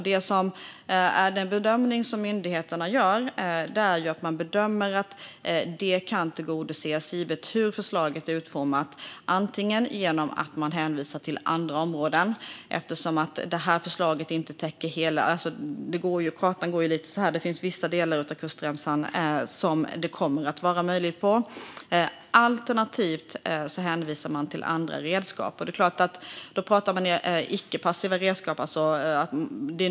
Den bedömning som myndigheterna gör är att det kan tillgodoses givet hur förslaget är utformat. Det kan ske genom att man hänvisar till andra områden, eftersom förslaget inte täcker hela kusten. Kartan går lite rundat. Det finns vissa delar av kustremsan där det kommer att vara möjligt att fiska. Alternativt hänvisar man till andra redskap. Då talar man om icke-passiva redskap.